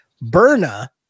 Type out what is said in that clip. Berna